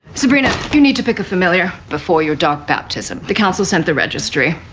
sabrina, you need to pick a familiar before your dark baptism. the council sent the registry.